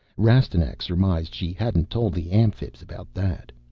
rastignac surmised she hadn't told the amphibs about that.